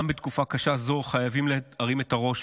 גם בתקופה קשה זו חייבים להרים את הראש